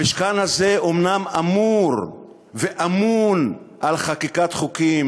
המשכן הזה אומנם אמור ואמון על חקיקת חוקים,